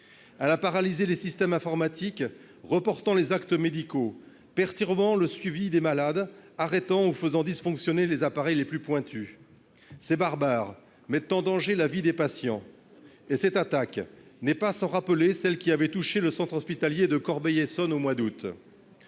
À la paralyser les systèmes informatiques reportant les actes médicaux perturbant le suivi des malades arrêtant ou faisant dysfonctionner les appareils les plus pointues ces barbares mettent en danger la vie des patients et cette attaque n'est pas sans rappeler celle qui avait touché le centre hospitalier de Corbeil-Essonnes au mois d'août.